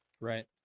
Right